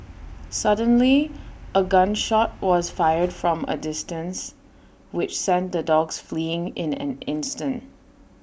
suddenly A gun shot was fired from A distance which sent the dogs fleeing in an instant